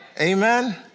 Amen